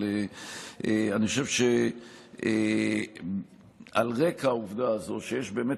אבל אני חושב שעל רקע העובדה הזו שיש באמת